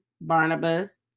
Barnabas